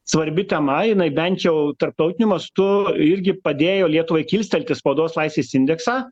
svarbi tema jinai bent jau tarptautiniu mastu irgi padėjo lietuvai kilstelti spaudos laisvės indeksą